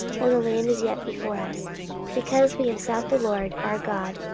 while the land is yet before us because we have sought the lord our god,